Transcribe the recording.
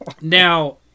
Now